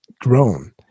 grown